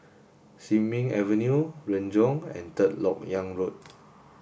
Sin Ming Avenue Renjong and Third Lok Yang Road